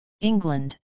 England